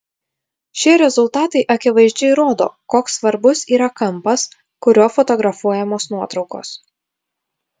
šie rezultatai akivaizdžiai rodo koks svarbus yra kampas kuriuo fotografuojamos nuotraukos